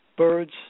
Birds